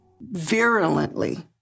virulently